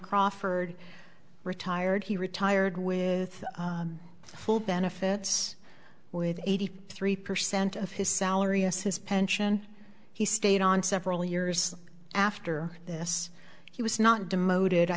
crawford retired he retired with full benefits with eighty three percent of his salary as his pension he stayed on several years after this he was not demoted i